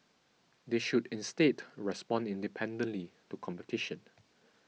they should instead respond independently to competition